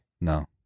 No